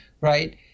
right